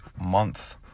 month